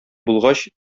булгач